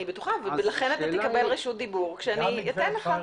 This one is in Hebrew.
לכן אתה תקבל את רשות הדיבור כשאני אתן לך.